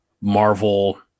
Marvel